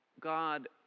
God